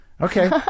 okay